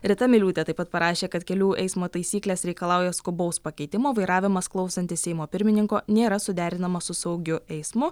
rita miliūtė taip pat parašė kad kelių eismo taisyklės reikalauja skubaus pakeitimo vairavimas klausantis seimo pirmininko nėra suderinamas su saugiu eismu